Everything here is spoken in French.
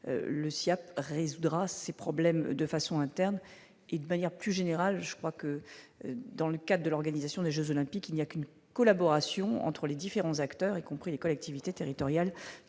le CIAT résoudra ses problèmes de façon interne et de manière plus générale, je crois que dans le cas de l'organisation des Jeux olympiques, il n'y a qu'une collaboration entre les différents acteurs, y compris les collectivités territoriales